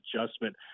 adjustment